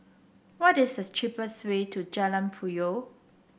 what is the cheapest way to Jalan Puyoh